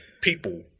people